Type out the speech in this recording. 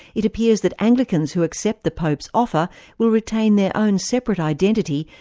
it appears that anglicans who accept the pope's offer will retain their own separate identity,